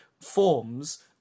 forms